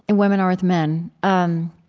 and women are with men. um